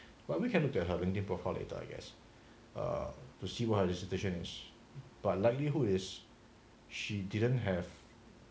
but we can look at her linkedin profile later I guess uh to see what her dissertation is but likelihood is she didn't have